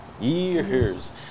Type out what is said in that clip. years